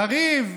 קריב,